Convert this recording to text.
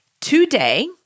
today